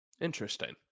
Interesting